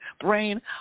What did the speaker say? brain